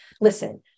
Listen